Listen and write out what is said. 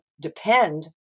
depend